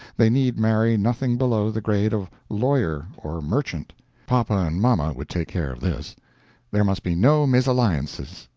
they need marry nothing below the grade of lawyer or merchant poppa and momma would take care of this there must be no mesalliances.